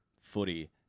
footy